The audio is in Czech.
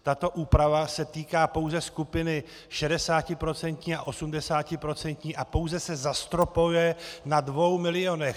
Tato úprava se týká pouze skupiny 60procentní a 80procentní a pouze se zastropuje na 2 milionech.